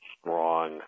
strong